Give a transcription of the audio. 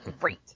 great